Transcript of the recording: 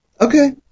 Okay